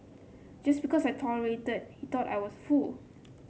just because I tolerated he thought I was a fool